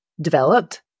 developed